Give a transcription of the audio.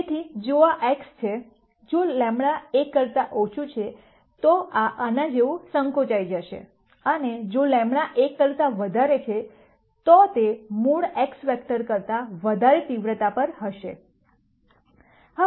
તેથી જો આ x છે જો λ 1 કરતા ઓછું છે તો આ આના જેવું સંકોચાઈ જશે અને જો λ 1 કરતા વધારે છે તો તે મૂળ x વેક્ટર કરતા વધારે તીવ્રતા પર હશે